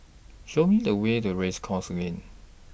Show Me The Way to Race Course Lane